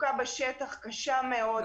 המצוקה בשטח קשה מאוד,